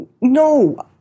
no